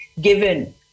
given